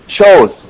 shows